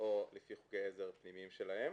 או לפי חוקי עזר פנימיים שלהם.